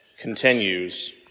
continues